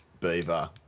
Beaver